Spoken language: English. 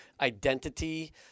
identity